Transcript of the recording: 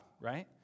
right